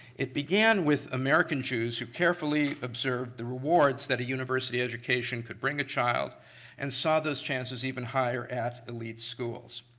it began with american jews who carefully observed the rewards that a university education could bring a child and saw those chances even higher at elite schools.